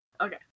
Okay